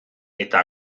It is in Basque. eta